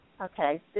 okay